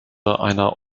einer